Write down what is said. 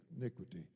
iniquity